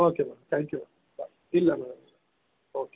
okay madam thank you ಇಲ್ಲ madam okay